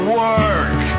work